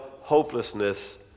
hopelessness